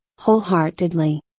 whole heartedly.